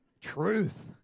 Truth